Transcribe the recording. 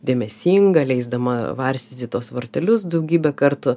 dėmesinga leisdama varstyti tuos vartelius daugybę kartų